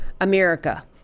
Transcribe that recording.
America